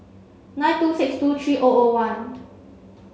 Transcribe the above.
nine two six two three O O one